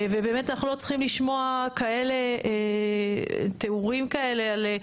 ובאמת אנחנו לא צריכים לשמוע כאלה תיאורים כאלה על,